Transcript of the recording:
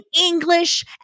English